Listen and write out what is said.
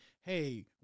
hey